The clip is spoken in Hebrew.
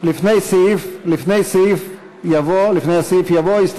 "לפני הסעיף יבוא:".